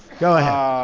go ahead.